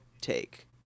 take